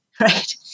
Right